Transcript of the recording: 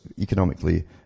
economically